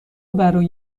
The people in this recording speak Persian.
برای